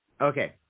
Okay